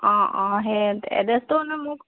অঁ অঁ সেই এড্ৰেছটো মানে মোক